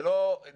זה לא דיון,